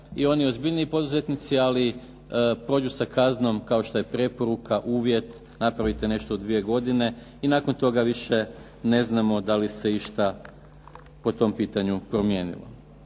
i oni ozbiljniji poduzetnici, ali prođu sa kaznom kao što je preporuka, uvjet, napravite nešto u dvije godine i nakon toga više ne znamo da li se išta po tom pitanju promijenilo.